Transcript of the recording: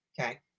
Okay